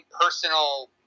personal